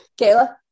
Kayla